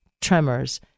tremors